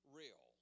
real